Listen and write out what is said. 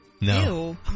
No